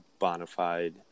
bonafide